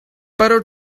better